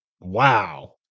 wow